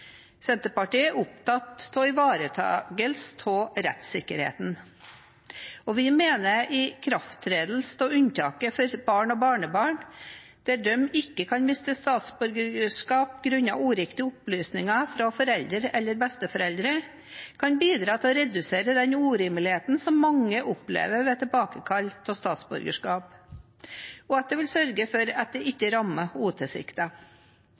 Senterpartiet er opptatt av ivaretakelse av rettssikkerheten, og vi mener ikrafttredelse av unntaket for barn og barnebarn der de ikke kan miste statsborgerskap grunnet uriktige opplysninger fra foreldre eller besteforeldre, kan bidra til å redusere den urimeligheten som mange opplever ved tilbakekall av statsborgerskap, og at det vil sørge for at det